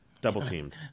double-teamed